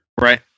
Right